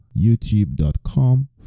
youtube.com